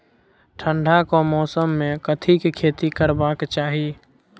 ठंडाक मौसम मे कथिक खेती करबाक चाही?